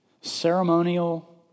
Ceremonial